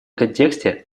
контексте